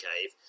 cave